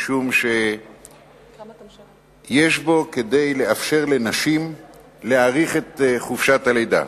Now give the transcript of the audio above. משום שיש בו כדי לאפשר לנשים להאריך את חופשת הלידה.